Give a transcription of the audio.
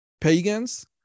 pagans